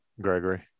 Gregory